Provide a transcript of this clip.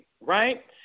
right